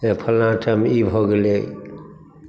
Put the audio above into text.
जे फल्लाँ ठाम ई भऽ गेलै